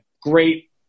great –